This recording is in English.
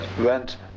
went